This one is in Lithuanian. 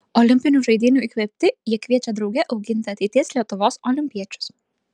olimpinių žaidynių įkvėpti jie kviečia drauge auginti ateities lietuvos olimpiečius